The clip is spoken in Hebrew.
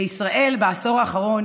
בישראל בעשור האחרון